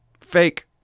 Fake